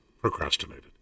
procrastinated